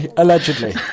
allegedly